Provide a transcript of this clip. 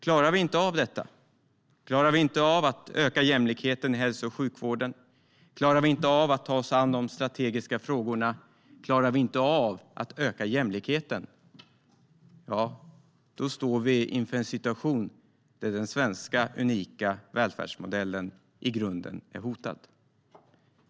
Klarar vi inte av detta, klarar vi inte av att öka jämlikheten i hälso och sjukvården, klarar vi inte av att ta oss an de strategiska frågorna, klarar vi inte av att öka jämlikheten, då står vi inför en situation då den svenska, unika välfärdsmodellen i grunden är hotad.